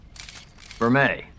Verme